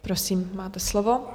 Prosím, máte slovo.